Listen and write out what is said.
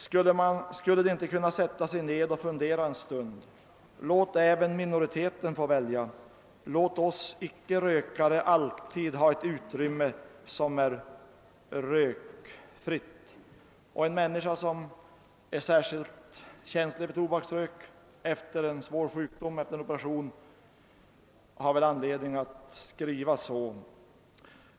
Skulle de inte kunna sätta sig med och fundera en stund? — Låt även minoriteten få välja! Låt oss icke-rökare alltid ha ett utrymme, som är rökfritt.» En människa som är särskilt känslig för tobaksrökning efter en svår sjukdom med operation har väl anledning att skriva så.